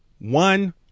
One